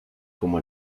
como